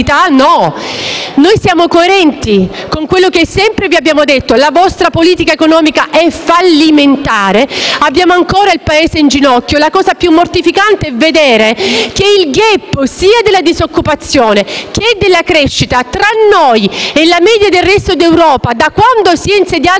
No. Noi siamo coerenti con quello che sempre vi abbiamo detto: la vostra politica economica è fallimentare. Il Paese è ancora in ginocchio e la cosa più mortificante è vedere che il *gap* di disoccupazione e crescita tra noi e la media del resto d'Europa, da quando si è insediato Matteo